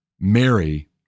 Mary